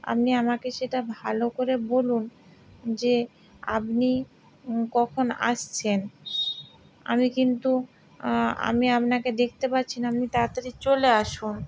আপনি আমাকে সেটা ভালো করে বলুন যে আপনি কখন আসছেন আমি কিন্তু আমি আপনাকে দেখতে পাচ্ছি না আপনি তাড়াতাড়ি চলে আসুন